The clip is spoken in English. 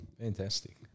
Fantastic